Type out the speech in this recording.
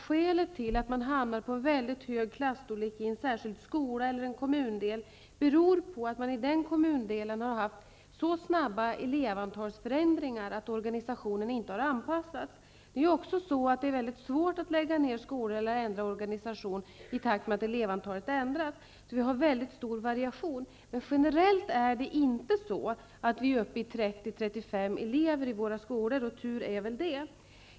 Skälet till att man får en väldigt hög klasstorlek i en särskild skola eller kommundel är ofta på att man i den kommundelen har haft så snabba elevantalsförändringar att organisationen inte har hunnit anpassas. Det är väldigt svårt att lägga ned skolor eller att ändra organisationen i takt med att elevantalet ändras. Variationen är mycket stor. Förhållandena är inte sådana att vi generellt är uppe i 30 till 35 elever i varje klass i våra skolor -- och tur är väl det.